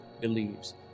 believes